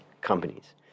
companies